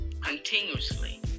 continuously